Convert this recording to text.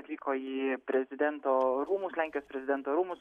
atvyko į prezidento rūmus lenkijos prezidento rūmus